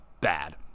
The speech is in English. bad